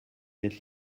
êtes